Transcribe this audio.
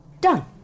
Done